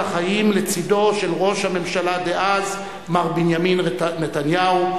החיים" לצדו של ראש הממשלה דאז מר בנימין נתניהו,